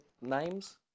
names